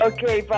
Okay